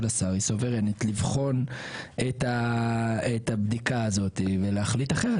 השר יכולה לבחון את הבדיקה הזו ולהחליט אחרת,